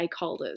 stakeholders